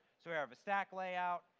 so we have a stack layout,